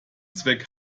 zweck